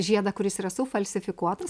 žiedą kuris yra sufalsifikuotas